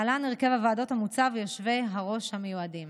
להלן הרכב הוועדות המוצע ויושבי-הראש המיועדים: